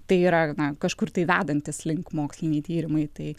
tai yra na kažkur tai vedantys link moksliniai tyrimai tai